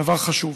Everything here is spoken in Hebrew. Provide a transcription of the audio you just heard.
זה דבר חשוב.